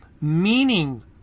meaning